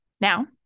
Now